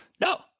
No